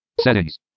Settings